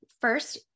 first